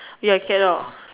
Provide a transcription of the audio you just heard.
ya cannot